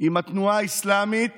עם התנועה האסלאמית